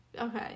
Okay